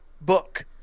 book